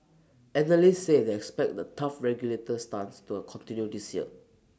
analysts say they expect the tough regulator stance to A continue this year